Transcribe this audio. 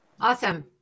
Awesome